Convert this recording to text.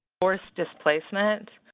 forced displacement.